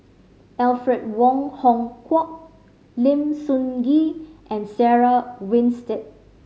Alfred Wong Hong Kwok Lim Sun Gee and Sarah Winstedt